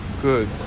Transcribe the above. Good